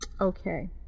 Okay